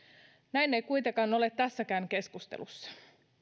näin ei kuitenkaan ole tässäkään keskustelussa